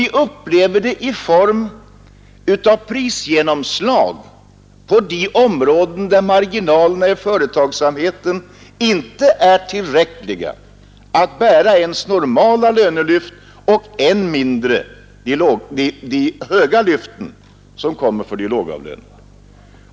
Vi upplever det också i form av prisgenomslag på de områden där marginalerna i företagsamheten inte är tillräckliga att ge normala lönelyft och ännu mindre de höga lyften för de lågavlönade.